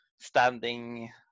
standing